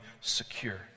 secure